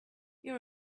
your